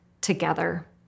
together